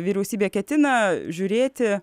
vyriausybė ketina žiūrėti